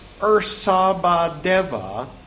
Ursabadeva